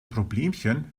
problemchen